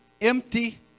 empty